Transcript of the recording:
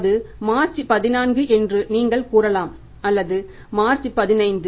அது மார்ச் 14 என்று நீங்கள் கூறலாம் அல்லது மார்ச் 15